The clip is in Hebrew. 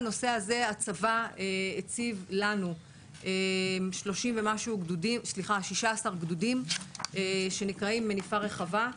בנושא הזה הצבא הציב לנו 16 פלוגות שנקראות "מניפה רחבה".